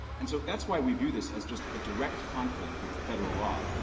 and so that's why we view this as just a direct conflict with federal law.